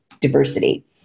diversity